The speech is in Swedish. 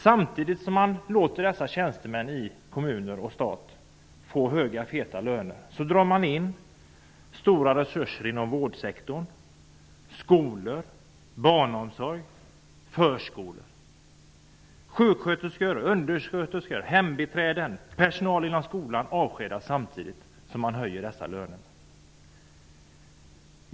Samtidigt som man låter tjänstemän i kommunen och staten få höga, feta löner dras stora resurser inom vårdsektorn in. Det gäller då skolor, barnomsorg och förskolor. Sjuksköterskor, undersköterskor, hembiträden och personal inom skolan avskedas, samtidigt som tjänstemännens löner höjs.